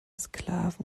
sklaven